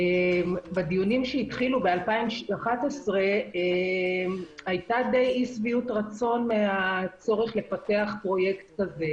בדיונים שהתחילו ב-2011 הייתה אי שביעות רצון מהצורך לפתח פרויקט כזה.